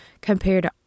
compared